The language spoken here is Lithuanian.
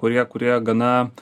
kurie kurie gana